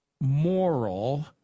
moral